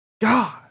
God